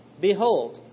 behold